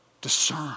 Discern